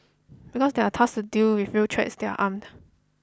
because they are tasked to deal with real threats they are armed